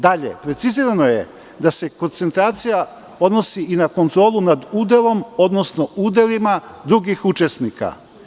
Dalje, precizirano je da se koncentracija odnosi i na kontrolu nad udelom, odnosno udelima drugih učesnika.